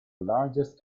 largest